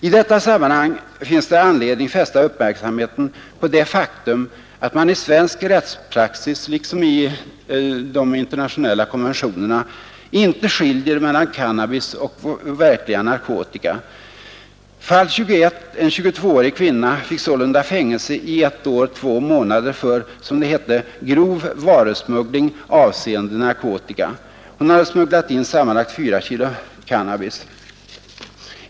I detta sammanhang finns det anledning fästa uppmärksamheten på det faktum att man i svensk rättspraxis, liksom i de internationella konventionerna, inte skiljer mellan cannabis och verkliga narkotika. Fall 21, en 22-årig kvinna, fick sålunda fängelse i ett år två månader för ”grov varusmuggling avseende narkotika”. Hon hade smugglat in sammanlagt 4 kg cannabis.